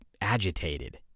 agitated